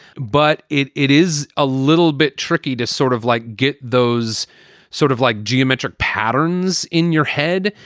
but it it is a little bit tricky to sort of like get those sort of like geometric patterns in your head.